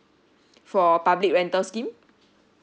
for public rental scheme